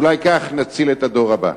אולי כך נציל את הדור הבא.